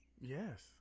Yes